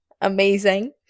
amazing